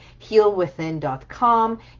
healwithin.com